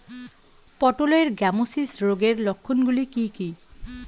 পটলের গ্যামোসিস রোগের লক্ষণগুলি কী কী?